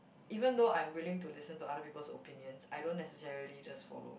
even though I'm willing to listen to other people's opinions I don't necessarily just follow